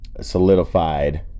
solidified